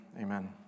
Amen